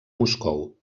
moscou